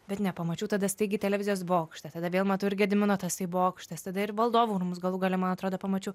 bet nepamačiau tada staigiai televizijos bokštą tada vėl matau ir gedimino tasai bokštas tada ir valdovų rūmus galų gale man atrodo pamačiau